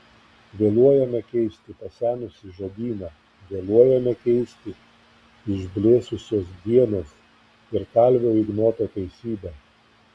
vėluojame keisti pasenusį žodyną vėluojame keisti išblėsusios dienos ir kalvio ignoto teisybę